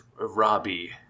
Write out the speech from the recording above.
Robbie